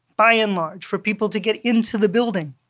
by and large, for people to get into the building.